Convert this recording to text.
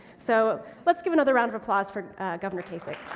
so, let's give another round of applause for governor kasich.